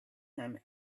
him